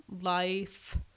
life